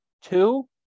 two